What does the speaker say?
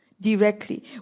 directly